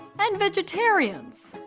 and vegetarians.